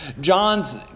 John's